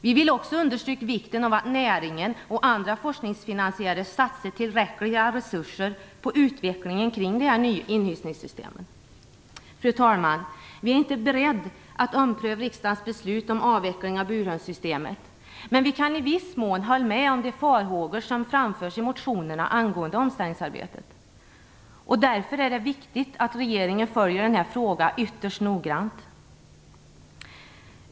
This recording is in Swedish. Vi vill också understryka vikten av att näringen och andra forskningsfinansiärer satsar tillräckliga resurser på utveckling kring nya inhysningssystem. Fru talman! Vi är inte beredda att ompröva riksdagens beslut om avveckling av burhönssystemet. Men vi kan i viss mån hålla med om de farhågor som framförs i motionerna angående omställningsarbetet. Därför är det viktigt att regeringen följer denna fråga ytterst noggrant.